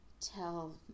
tell